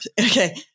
Okay